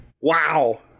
Wow